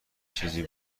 چیزی